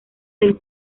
del